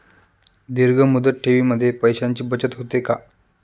दीर्घ मुदत ठेवीमध्ये पैशांची बचत होते का?